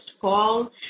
call